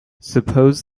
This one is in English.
suppose